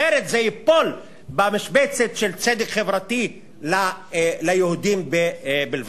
אחרת זה ייפול במשבצת של צדק חברתי ליהודים בלבד.